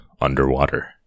underwater